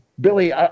Billy